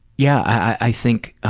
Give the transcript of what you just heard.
yeah i think,